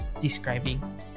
describing